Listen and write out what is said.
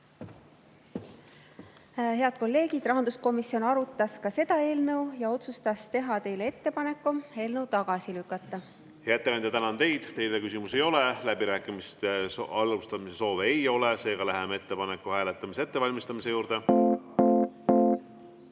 Head kolleegid! Rahanduskomisjon arutas seda eelnõu ja otsustas teha teile ettepaneku eelnõu tagasi lükata. Hea ettekandja, tänan teid. Teile küsimusi ei ole. Läbirääkimiste alustamise soove ei ole, seega läheme hääletamise ettevalmistamise juurde. Panen